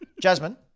Jasmine